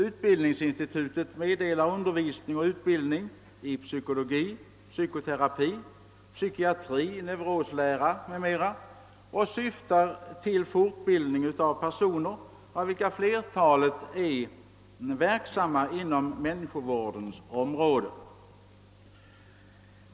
Utbildningsinstitutet meddelar undervisning och utbildning i psykologi, psykoterapi, psykiatri och neuroslära m.m. och syftar till fortbildning av personer vilka främst är verksamma inom människovårdens område.